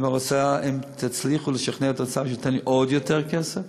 אם תצליחו לשכנע את האוצר שייתן לי עוד יותר כסף,